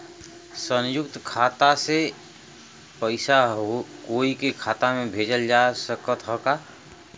संयुक्त खाता से पयिसा कोई के खाता में भेजल जा सकत ह का?